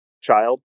child